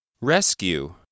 Rescue